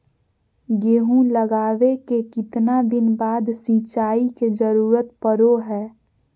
गेहूं लगावे के कितना दिन बाद सिंचाई के जरूरत पड़ो है?